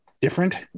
different